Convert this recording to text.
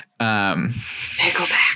Pickleback